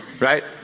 right